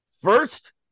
First